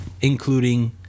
including